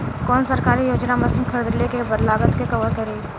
कौन सरकारी योजना मशीन खरीदले के लागत के कवर करीं?